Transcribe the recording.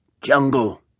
Jungle